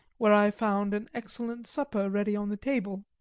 where i found an excellent supper ready on the table.